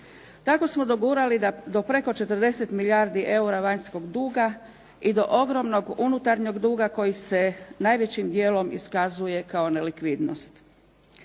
Tako smo dogurali da do preko 40 milijardi eura vanjskog duga i do ogromnog unutarnjeg duga koji se najvećim dijelom iskazuje kao nelikvidnost.